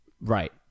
Right